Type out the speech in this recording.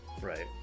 right